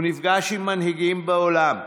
הוא נפגש עם מנהיגים בעולם,